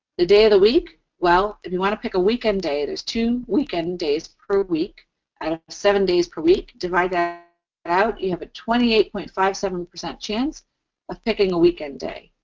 the day of the week well, if you want to pick a weekend day, there's two weekend days per week out of seven days per week. divide that out you have a twenty eight point five seven percent chance of picking a weekend day.